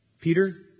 Peter